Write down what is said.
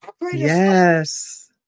Yes